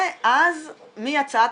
ואז מהצעת